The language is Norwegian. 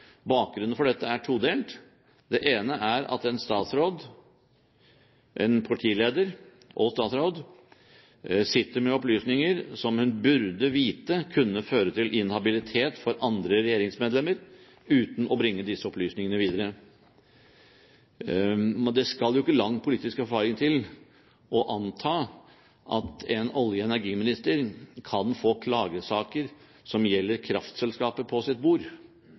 Bakgrunnen for dette er todelt. Det ene er at en partileder og statsråd sitter med opplysninger som hun burde vite kunne føre til inhabilitet for andre regjeringsmedlemmer, uten å bringe disse opplysningene videre. Men en skal jo ikke ha lang politisk erfaring for å anta at en olje- og energiminister kan få klagesaker som gjelder kraftselskaper, på sitt bord.